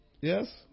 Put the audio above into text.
Yes